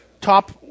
top